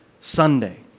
Sunday